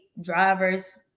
drivers